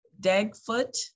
Dagfoot